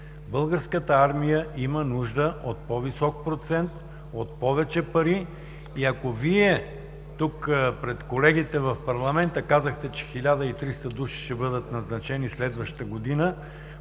Българската армия има нужда от по-висок процент, от повече пари и ако Вие казахте пред колегите в Парламента, че 1300 души ще бъдат назначени следващата година,